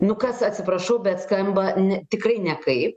nu kas atsiprašau bet skamba ne tikrai nekaip